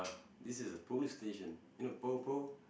this is a police station you know po-po